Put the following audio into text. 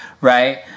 right